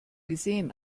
gesehen